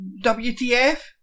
WTF